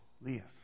Leah